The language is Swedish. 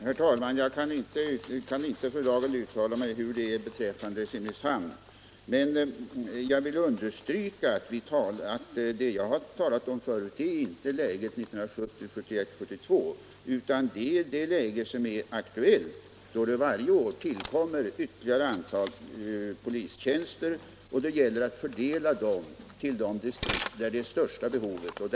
Herr talman! Jag kan inte för dagen uttala mig om hur det är beträffande Simrishamn. Men jag vill understryka att vad jag har talat om förut är inte läget 1970, 1971 och 1972, utan det aktuella läget. Varje år tillkommer ytterligare ett antal polistjänster, och det gäller att fördela dem till de distrikt där det största behovet finns.